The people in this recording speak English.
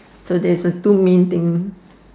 so that is the two main thing